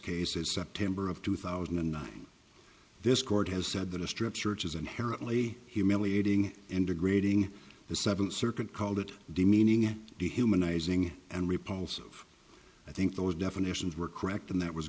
case is september of two thousand and nine this court has said that a strip search is inherently humiliating and degrading the seventh circuit called it demeaning at humanizing and repulsive i think those definitions were correct and that was